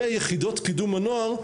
ויחידות קידום ההוער,